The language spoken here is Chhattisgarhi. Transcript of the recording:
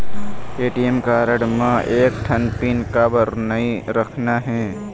ए.टी.एम कारड म एक ठन पिन काबर नई रखना हे?